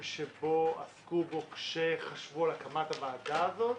שבו עסקו בו כשחשבו על הקמת הוועדה הזאת.